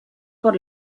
por